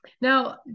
Now